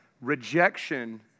Rejection